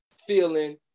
feeling